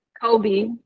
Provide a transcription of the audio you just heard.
Kobe